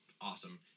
Awesome